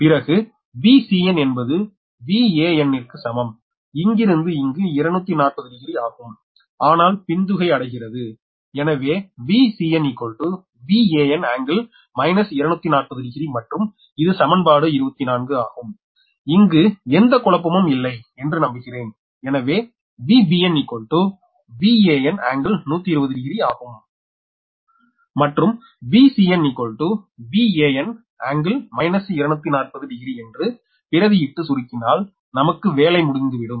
பிறகு Vcn என்பது Van ற்கு சமம் இங்கிருந்து இங்கு 240 டிகிரி ஆகும் ஆனால் பிந்துகை அடைகிறது எனவே Vcn Van∟ 240 டிகிரி மற்றும் இது சமன்பாடு 24 ஆகும் இங்கு எந்த குழப்பமும் இல்லை என்று நம்புகிறேன் எனவே Vbn Van∟ 120° ஆகும் degree மற்றும் இது Van கோணம் 240 Van∟ 120° சமன்பாடு 21 மற்றும் 22 ஐ கூட்டினால் நமக்கு Vab Vbc கிடைக்கும் மற்றும் Vbn Van∟ 120 டிகிரி மற்றும் Vcn Van∟ 240 டிகிரி என்று பிரதியிட்டு சுருக்கினால் நமக்கு வேலை முடிந்து விடும்